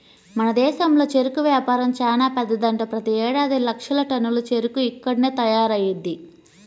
మన దేశంలో చెరుకు వ్యాపారం చానా పెద్దదంట, ప్రతేడాది లక్షల టన్నుల చెరుకు ఇక్కడ్నే తయారయ్యిద్ది